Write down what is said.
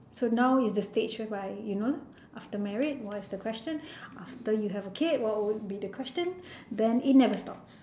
so now is the stage whereby you know after married what is the question after you have a kid what would be the question then it never stops